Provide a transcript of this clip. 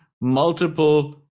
Multiple